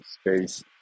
space